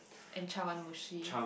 and chawanmushi